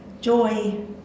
joy